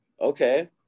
okay